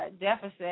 deficit